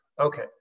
Okay